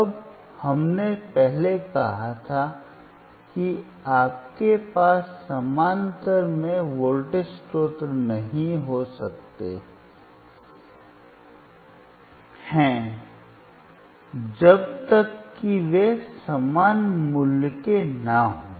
अब हमने पहले कहा था कि आपके पास समानांतर में वोल्टेज स्रोत नहीं हो सकते हैं जब तक कि वे समान मूल्य के न हों